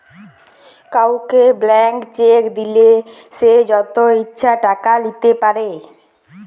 কাউকে blank cheque দিলে সে যত ইচ্ছা টাকা লিতে পারে